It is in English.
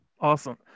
Awesome